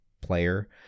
player